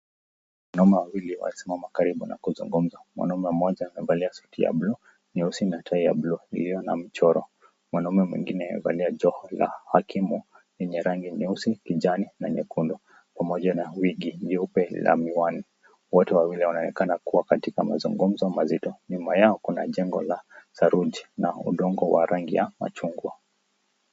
Wanaume wawili wamesimama karibu na kuzungumza. Mwanaume moja amevalia suti ya blue, (cs), nyeusi na tai ya blue, (cs), iliyo na mchoro. Mwanaume mwingine amevalia joho la hakimu yenye rangi nyeusi, kijani na nyekundu pamoja na wingi nyeupe la miwani. Wote wawili wanaonekana kuwa katika mazungumzo mazito. Nyuma yao Kuna jengo la saruji na udongo wa rangi ya machungwa.